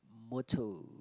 motto